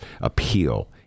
appeal